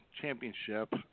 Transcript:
championship